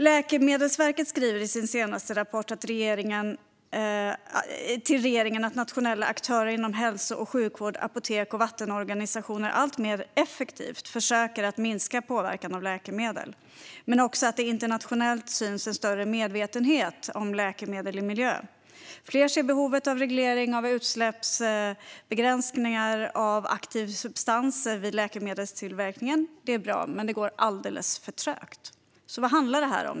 Läkemedelsverket skriver i sin senaste rapport till regeringen att nationella aktörer inom hälso och sjukvård, apotek och vattenorganisationer alltmer aktivt försöker minska påverkan av läkemedel men också att det internationellt syns en större medvetenhet om läkemedel i miljön. Fler ser behov av reglering av utsläppsbegränsningar av aktiv substans vid läkemedelstillverkningen. Det är bra, men det går alldeles för trögt. Vad handlar då detta om?